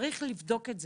צריך לבדוק את זה.